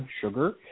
sugar